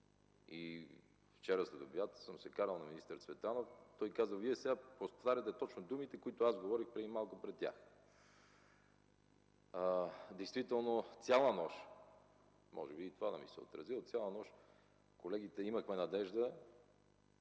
Вчера следобед съм се карал на министър Цветанов. Той каза: „Вие сега повтаряте точно думите, които говорих преди малко пред тях”. Действително цяла нощ, може би и това да ми се е отразило, колегите имахме надежда,